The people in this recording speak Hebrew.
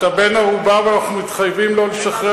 אתה בן ערובה ואנחנו מתחייבים לא לשחרר